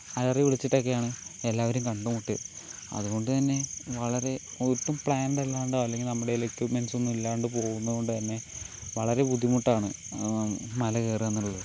അലറി വിളിച്ചിട്ടൊക്കെയാണ് എല്ലാവരേയും കണ്ടു മുട്ടിയത് അതുകൊണ്ട് തന്നെ വളരെ ഒട്ടും പ്ലാൻഡ് അല്ലാണ്ടോ അല്ലെങ്കിൽ നമ്മുടെ കയ്യിൽ എക്വിപ്പ്മെന്റ് സൊന്നും ഇല്ലാണ്ട് പോകുന്നതുകൊണ്ട് തന്നെ വളരെ ബുദ്ധിമുട്ടാണ് മല കയറുകയെന്നുള്ളത്